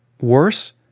worse